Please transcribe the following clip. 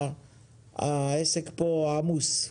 העסק פה עמוס.